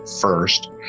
first